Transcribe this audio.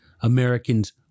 Americans